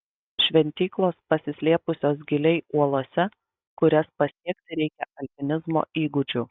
šventyklos pasislėpusios giliai uolose kurias pasiekti reikia alpinizmo įgūdžių